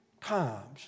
times